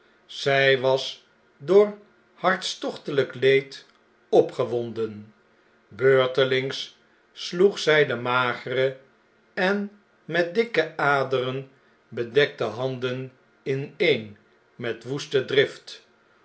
zjj was door hartstochtelp leed opgewonden beurtelings sloeg zjj de magere en met dikke aderen bedekte handen ineen met woeste drift